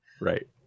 Right